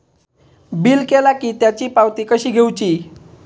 Bill केला की त्याची पावती कशी घेऊची?